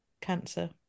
Cancer